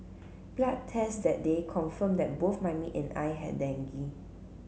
blood test that day confirmed that both my maid and I had dengue